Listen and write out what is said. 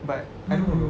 but I don't know